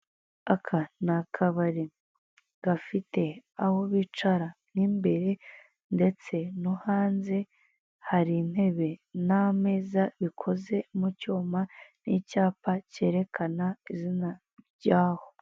Aka ni akabari gafite aho bicara mu imbere ndetse no hanze hari intebe zikoze n'ameza bikoze mu cyuma n'icyapa kerekana izina ryaho.